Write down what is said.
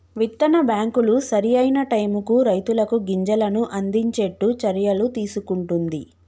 విత్తన బ్యాంకులు సరి అయిన టైముకు రైతులకు గింజలను అందిచేట్టు చర్యలు తీసుకుంటున్ది